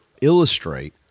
illustrate